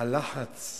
הלחץ